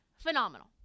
Phenomenal